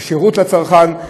ושירות לצרכן,